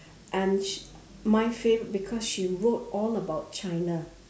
and she my favorite because she wrote all about china